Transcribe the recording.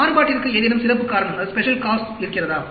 மாறுபாட்டிற்கு ஏதேனும் சிறப்பு காரணம் இருக்கிறதா